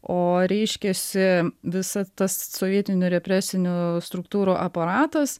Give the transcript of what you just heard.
o reiškiasi visa tas sovietinių represinių struktūrų aparatas